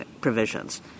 provisions